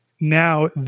Now